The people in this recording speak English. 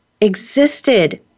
existed